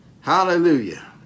Hallelujah